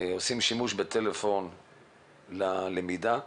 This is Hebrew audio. עושים שימוש בטלפון ללמידה.